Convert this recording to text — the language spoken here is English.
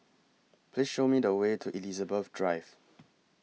Please Show Me The Way to Elizabeth Drive